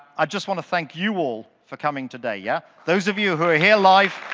i just want to thank you all for coming today, yeah? those of you who are here live